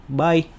bye